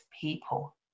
people